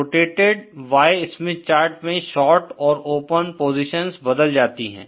rotated Y Smith chart में short और open positions बदल जाती हैं